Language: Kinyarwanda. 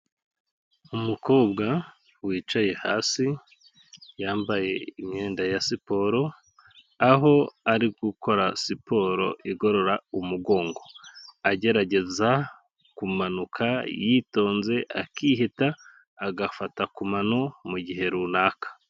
Umukobwa wicaye hasi yambaye imyenda ya siporo, aho ari gukora siporo igorora umugongo. Agerageza kumanuka yitonze akiheta agafata ku mano mu gihe runaka.